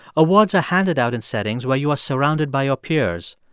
awards are handed out in settings where you are surrounded by your peers.